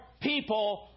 people